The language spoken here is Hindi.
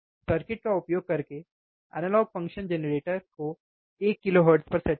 सर्किट का उपयोग करके एनालॉग फ़ंक्शन जेनरेटर को 1kHz पर सेट करें